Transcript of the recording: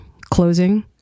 closing